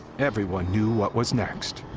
everyone knew what was next.